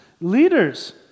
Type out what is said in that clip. leaders